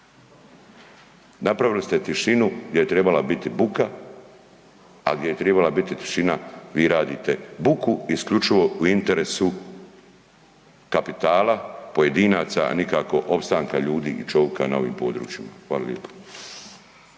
Napravili ste tišinu gdje je trebala biti buka, a gdje je trebala biti tišina, vi radite buku isključivo u interesu kapitala pojedinaca, a nikako opstanka ljudi i čovika na ovom području. Hvala lijepo.